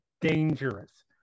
dangerous